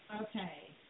Okay